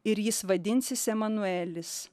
ir jis vadinsis emanuelis